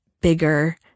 bigger